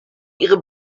ihre